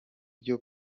byo